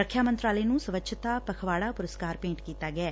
ਰੱਖਿਆ ਮੰਤਰਾਲੇ ਨੂੰ ਸਵੱਛਤਾ ਪੰਦਰਵਾੜਾ ਪੁਰਸਕਾਰ ਭੇਟ ਕੀਤਾ ਗਿਐ